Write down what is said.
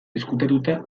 ezkutatuta